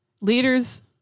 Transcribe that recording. leaders